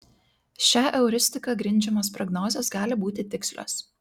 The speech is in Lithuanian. šia euristika grindžiamos prognozės gali būti tikslios